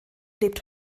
lebt